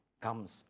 comes